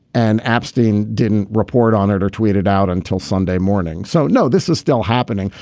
and epstein didn't report on it or tweeted out until sunday morning. so no this is still happening.